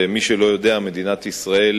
ומי שלא יודע, מדינת ישראל,